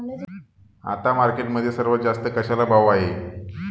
आता मार्केटमध्ये सर्वात जास्त कशाला भाव आहे?